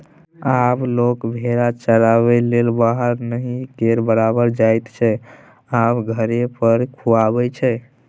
आब लोक भेरा चराबैलेल बाहर नहि केर बराबर जाइत छै आब घरे पर खुआबै छै